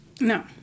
No